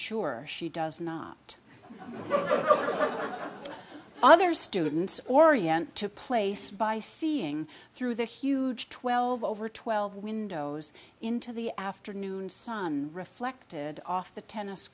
sure she does not other students orient to place by seeing through the huge twelve over twelve windows into the afternoon sun reflected off the tennis